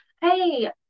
hey